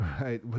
Right